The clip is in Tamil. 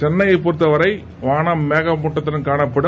சென்னையை பொறுத்தவரை வானம் மேக மூட்டத்தடன் காணப்படும்